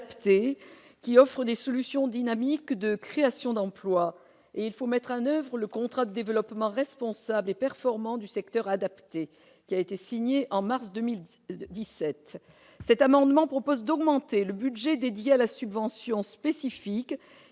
offrent des solutions dynamiques de création d'emplois. Il faut désormais mettre en oeuvre le contrat de développement responsable et performant du secteur adapté, signé en mars 2017. Cet amendement vise à augmenter le budget dédié à la subvention spécifique